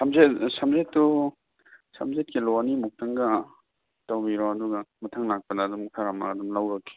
ꯁꯝꯖꯦꯠ ꯁꯝꯖꯦꯠꯇꯨ ꯁꯝꯖꯦꯠ ꯀꯤꯂꯣ ꯑꯅꯤꯃꯨꯛꯇꯪꯒ ꯇꯧꯕꯤꯔꯣ ꯑꯗꯨꯒ ꯃꯊꯪ ꯂꯥꯛꯄꯗ ꯑꯗꯨꯝ ꯈꯔ ꯑꯃ ꯑꯗꯨꯝ ꯂꯧꯔꯒꯦ